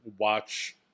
watch